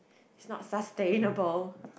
it's not sustainable